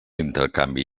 intercanvi